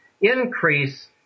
increase